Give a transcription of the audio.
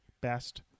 best